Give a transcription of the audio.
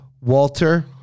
Walter